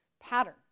pattern